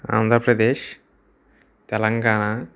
Andhra Pradesh Telangana